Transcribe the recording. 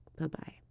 Bye-bye